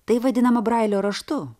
tai vadinama brailio raštu